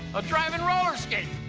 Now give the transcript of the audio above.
a driving roller skate.